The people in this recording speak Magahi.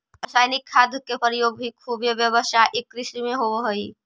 रसायनिक खाद के प्रयोग भी खुबे व्यावसायिक कृषि में होवऽ हई